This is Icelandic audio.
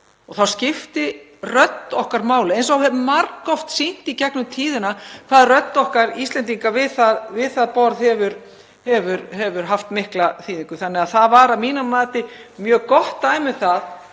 Þá skipti rödd okkar máli, eins og hefur margoft sýnt sig í gegnum tíðina, hvað rödd okkar Íslendinga við það borð hefur haft mikla þýðingu. Það er að mínu mati mjög gott dæmi um